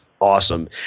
Awesome